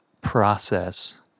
process